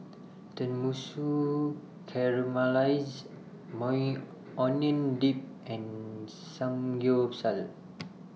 Tenmusu Caramelized Maui Onion Dip and Samgyeopsal